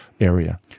area